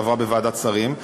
שעברה בוועדת שרים,